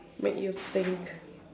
make you think